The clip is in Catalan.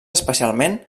especialment